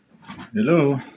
Hello